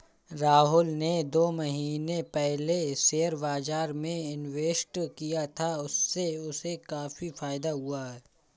राहुल ने दो महीने पहले शेयर बाजार में इन्वेस्ट किया था, उससे उसे काफी फायदा हुआ है